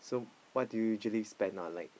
so what do you usually spend on like